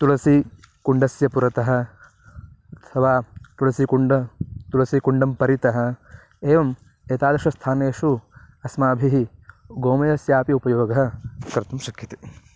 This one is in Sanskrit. तुलसीकुण्डस्य पुरतः अथवा तुलसीकुण्डं तुलसीकुण्डं परितः एवम् एतादृश स्थानेषु अस्माभिः गोमयस्यापि उपयोगः कर्तुं शक्यते